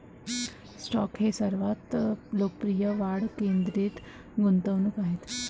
stock हे सर्वात लोकप्रिय वाढ केंद्रित गुंतवणूक आहेत